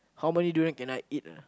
how many durian can I eat ah